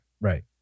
Right